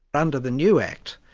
under the new act,